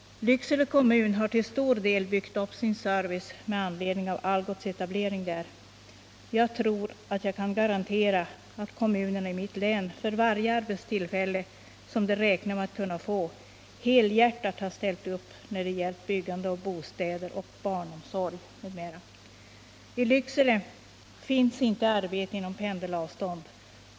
Lycksele kommun har till stor del byggt upp sin service med anledning av Algots etablering där. Jag tror att jag kan garantera att kommunerna i mitt län, för varje arbetstillfälle som de räknar med att kunna få, helhjärtat har ställt upp när det gällt byggande av bostäder, barnomsorg osv. I Lycksele finns inte arbete inom pendelavstånd.